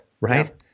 right